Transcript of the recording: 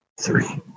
three